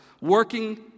working